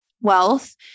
wealth